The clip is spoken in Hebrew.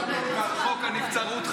חוק-יסוד: